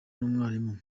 n’umwarimu